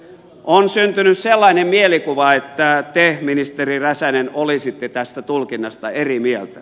on syntynyt sellainen mielikuva että te ministeri räsänen olisitte tästä tulkinnasta eri mieltä